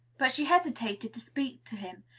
but she hesitated to speak to him,